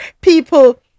people